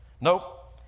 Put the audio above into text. Nope